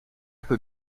peut